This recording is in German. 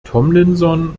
tomlinson